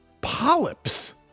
polyps